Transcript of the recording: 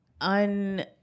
un